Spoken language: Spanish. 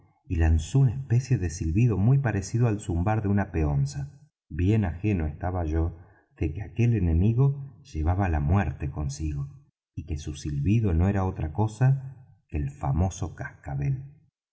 y lanzó una especie de silbido muy parecido al zumbar de una peonza bien ajeno estaba yo de que aquel enemigo llevaba la muerte consigo y que su silbido no era otra cosa que el famoso cascabel